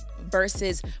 versus